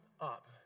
up